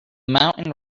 mountain